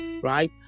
Right